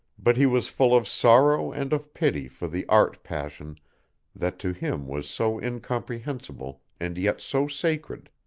but he was full of sorrow and of pity for the art-passion that to him was so incomprehensible and yet so sacred.